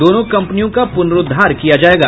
दोनों कंपनियों का पुनरूद्वार किया जायेगा